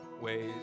ways